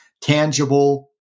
tangible